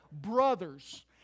Brothers